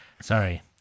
Sorry